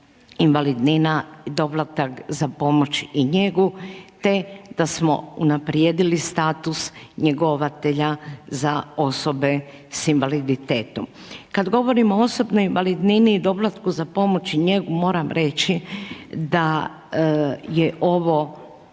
invalidnina i doplatak za pomoć i njegu, te da smo unaprijedili status njegovatelja za osobe s invaliditetom. Kada govorimo o osobnoj invalidnini i doplatku za pomoć i njegu, moram reći, da je ovo